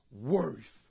worth